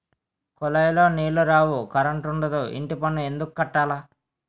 కులాయిలో నీలు రావు కరంటుండదు ఇంటిపన్ను ఎందుక్కట్టాల